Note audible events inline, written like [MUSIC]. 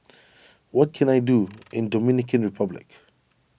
[NOISE] what can I do in Dominican Republic